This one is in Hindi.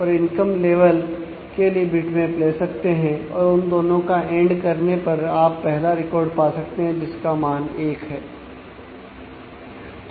यदि आप मेल करने पर आप पहला रिकॉर्ड पा सकते हैं जिसका मान एक है